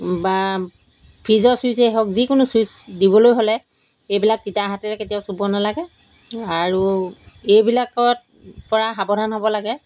বা ফ্ৰীজৰ ছুইচেই হওক যিকোনো ছুইচ দিবলৈ হ'লে এইবিলাক তিতা হাতেৰে কেতিয়াও চুব নালাগে আৰু এইবিলাকৰ পৰা সাৱধান হ'ব লাগে